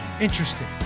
Interesting